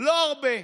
לא הרבה.